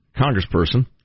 congressperson